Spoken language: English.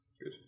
Good